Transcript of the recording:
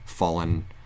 fallen